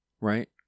Right